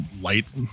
light